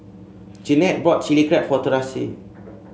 Jeanette bought Chili Crab for Terese